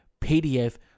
PDF